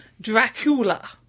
Dracula